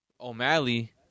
O'Malley